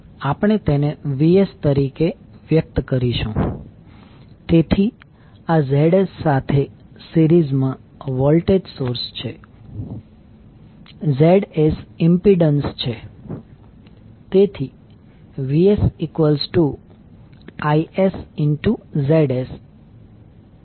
આપણે તેને Vs તરીકે વ્યક્ત કરીશું તેથી આ Zs સાથે સીરીઝમાં વોલ્ટેજ સોર્સ છે Zs ઇમ્પિડન્સ છે